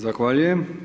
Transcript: Zahvaljujem.